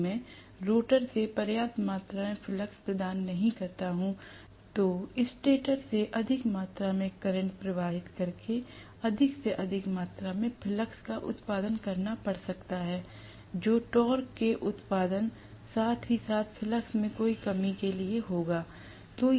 यदि मैं रोटर से पर्याप्त मात्रा में फ्लक्स प्रदान नहीं करता हूं तो स्टेटर से अधिक मात्रा में करंट प्रवाहित करके अधिक से अधिक मात्रा में फ्लक्स का उत्पादन करना पड़ सकता है जो टॉर्क के उत्पादनसाथ ही साथ फ्लक्स में कोई कमी के लिए होगा